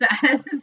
says